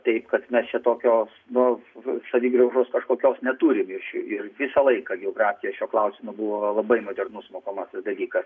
taip kad mes čia tokio nu savigraužos kažkokios neturim ir visą laiką geografija šiuo klausimu buvo labai modernus mokomasis dalykas